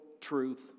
truth